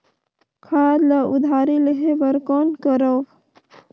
खाद ल उधारी लेहे बर कौन करव?